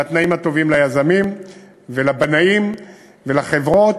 ואת התנאים הטובים ליזמים ולבנאים ולחברות.